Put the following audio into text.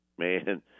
Man